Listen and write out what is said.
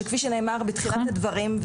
שכפי שנאמר בתחילת הדברים,